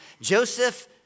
Joseph